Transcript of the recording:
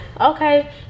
okay